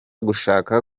gushaka